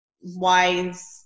wise